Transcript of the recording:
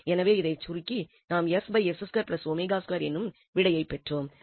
எனவே இதை சுருக்கி நாம் எனும் விடையை பெற்றோம்